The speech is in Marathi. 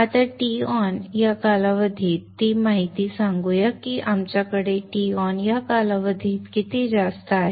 आता Ton या कालावधीत ती माहिती सांगूया की आमच्याकडे Ton या कालावधीत किती जास्त आहे